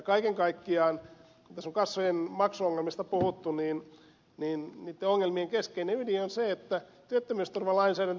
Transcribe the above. kaiken kaikkiaan kun tässä on kassojen maksuongelmista puhuttu niin niitten ongelmien keskeinen ydin on se että työttömyysturvalainsäädäntö